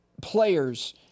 players